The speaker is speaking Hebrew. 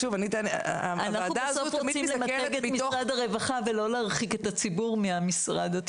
אנחנו בסוף רוצים למתג את משרד הרווחה ולא להרחיק את הציבור מהמשרד.